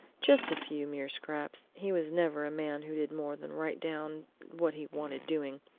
just a few mere scraps he was never a man who did more than write down what he wanted doing,